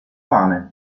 fame